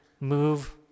move